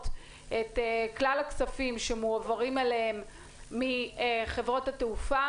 את כלל הכספים שמועברים אליהם מחברות התעופה,